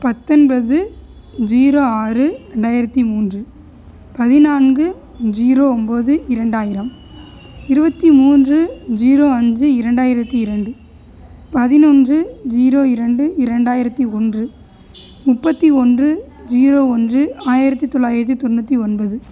பத்தொன்பது ஜீரோ ஆறு ரெண்டாயிரத்தி மூன்று பதினான்கு ஜீரோ ஒம்பது இரண்டாயிரம் இருபத்தி மூன்று ஜீரோ அஞ்சு இரண்டாயிரத்தி இரண்டு பதினொன்று ஜீரோ இரண்டு இரண்டாயிரத்தி ஒன்று முப்பத்தி ஒன்று ஜீரோ ஒன்று ஆயிரத்தி தொள்ளாயிரத்தி தொண்ணூற்றி ஒன்பது